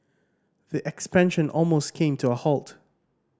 the expansion almost came to a halt